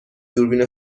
دوربین